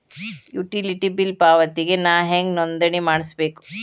Utility bill ಪಾವತಿಗೆ ನಾ ಹೆಂಗ್ ನೋಂದಣಿ ಮಾಡ್ಸಬೇಕು?